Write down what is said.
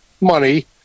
money